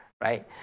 right